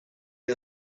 are